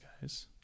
Guys